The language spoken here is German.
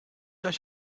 euch